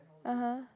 (uh huh)